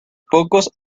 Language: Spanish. pocos